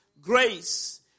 grace